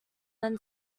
than